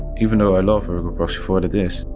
even though i love ergo proxy for what it is,